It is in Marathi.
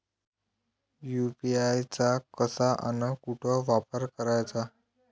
यू.पी.आय चा कसा अन कुटी वापर कराचा?